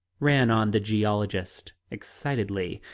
ran on the geologist excitedly,